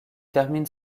termine